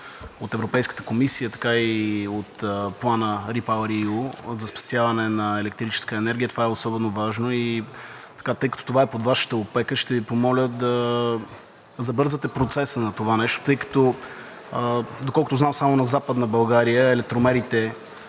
от Европейската комисия, така и от Плана REPowerEU за спасяване на електрическа енергия това е особено важно. Тъй като това е под Вашата опека, ще Ви помоля да забързате процеса на това нещо. Доколкото знам, само на Западна България електромерите